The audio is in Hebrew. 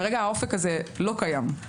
כמה כסף הוא הולך לקבל בשנת 2022 מהמדינה,